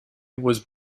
was